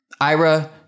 Ira